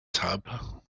tub